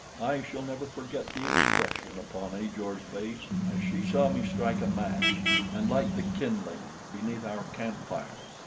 i shall never forget the expression upon ajor's face as she saw me strike a match and light the kindling beneath our camp-fire.